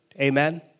Amen